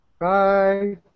Bye